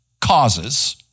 causes